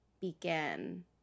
begin